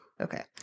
Okay